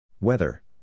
Weather